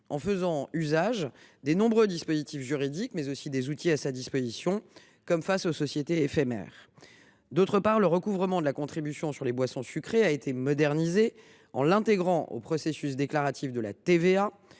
en faisant usage des nombreux dispositifs juridiques et outils à sa disposition, comme face aux sociétés éphémères. D’autre part, le recouvrement de la contribution sur les boissons sucrées a été modernisé, puisqu’il a été au processus déclaratif de la TVA,